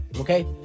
Okay